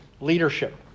leadership